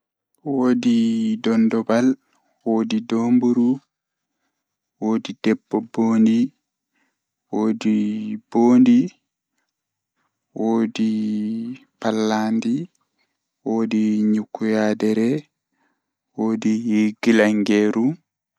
Woodi dondobal, woodi domburu, woodi debbo bondi, woodi bondi, woodi pallandi, woodi nyukuyaadere, woodi gilangeeru.